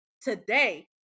today